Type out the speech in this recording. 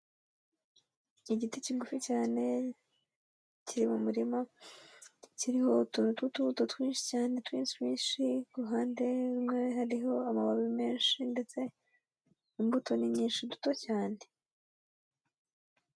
Iki igiti kigufi cyane kiri mu murima, kiriho utuntu tw'utubuto twinshi cyane, twinshi twinshi, ku ruhande rumwe hariho amababi menshi, ndetse imbuto ni nyinshi, duto cyane.